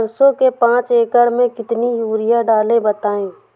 सरसो के पाँच एकड़ में कितनी यूरिया डालें बताएं?